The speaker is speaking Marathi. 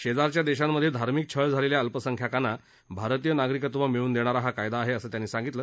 शेजारच्या देशांमध्ये धार्मिक छळ झालेल्या अल्पसंख्याकांना भारतीय नागरिकत्व मिळवून देणारा हा कायदा आहे असं त्यांनी सांगितलं